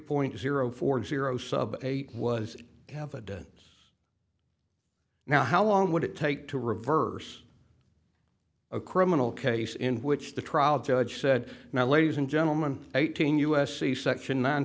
point zero four zero eight was to have a dunce now how long would it take to reverse a criminal case in which the trial judge said now ladies and gentlemen eighteen u s c section nine